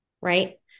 Right